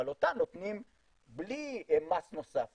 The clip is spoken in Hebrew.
אבל אותה נותנים בלי מס נוסף,